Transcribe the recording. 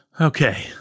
Okay